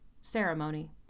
Ceremony